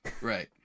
Right